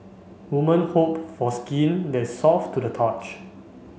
women hope for skin that soft to the touch